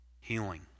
healing